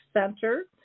Center